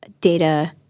data